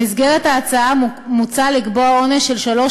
במסגרת ההצעה מוצע לקבוע עונש של שלוש